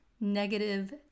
negative